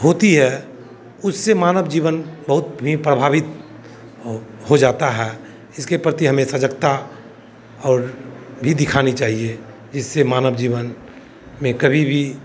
होती है उससे मानव जीवन बहुत ही प्रभावित हो हो जाता है इसके प्रति हमें सजगता और भी दिखानी चाहिए इससे मानव जीवन में कभी भी